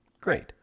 Great